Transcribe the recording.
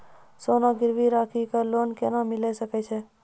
सोना गिरवी राखी कऽ लोन केना मिलै छै?